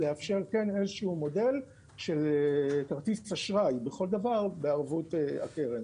לאפשר מודל של כרטיס אשראי בכל דבר בערבות הקרן,